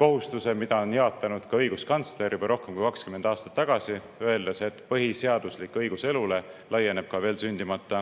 kohustuse, mida on jaatanud ka õiguskantsler juba rohkem kui 20 aastat tagasi, öeldes, et põhiseaduslik õigus elule laieneb ka veel sündimata